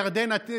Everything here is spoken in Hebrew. ירדנה,